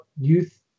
youth